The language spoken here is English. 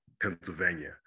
Pennsylvania